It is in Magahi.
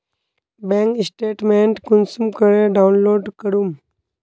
बैंक स्टेटमेंट कुंसम करे डाउनलोड करूम?